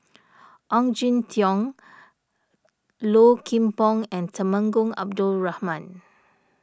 Ong Jin Teong Low Kim Pong and Temenggong Abdul Rahman